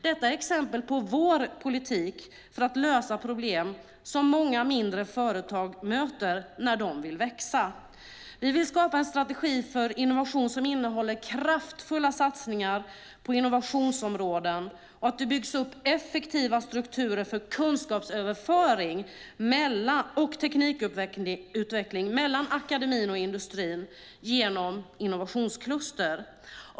Detta är exempel på vår politik för att lösa problem som många mindre företag möter när de vill växa. Vi vill skapa en strategi för innovation som innehåller kraftfulla satsningar på innovationsområden och att det byggs upp effektiva strukturer för kunskapsöverföring och teknikutveckling mellan akademin och industrin genom innovationskluster.